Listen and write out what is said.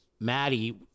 Maddie